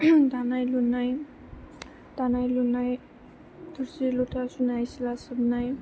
दानाय लुनाय थोरसि लथा सुनाय सिथ्ला सिबनाय